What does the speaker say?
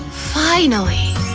finally!